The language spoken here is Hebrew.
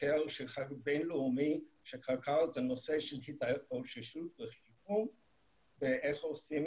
חוקר בינלאומי שחקר את הנושא של התאוששות בחירום ואיך עושים